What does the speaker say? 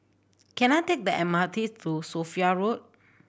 can I take the M R T to Sophia Road